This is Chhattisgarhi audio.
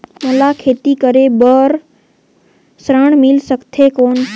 मोला खेती करे बार ऋण मिल सकथे कौन?